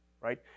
right